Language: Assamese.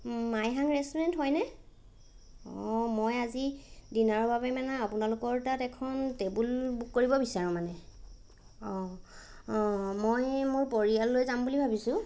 মাইহাং ৰেষ্টুৰেণ্ট হয়নে অঁ মই আজি ডিনাৰৰ বাবে মানে আপোনালোকৰ তাত এখন টেবুল বুক কৰিব বিচাৰোঁ মানে অঁ অঁ মই মোৰ পৰিয়াল লৈ যাম বুলি ভাবিছোঁ